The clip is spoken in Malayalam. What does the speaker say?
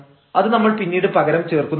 അത് നമ്മൾ പിന്നീട് പകരം ചേർക്കുന്നതാണ്